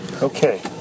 Okay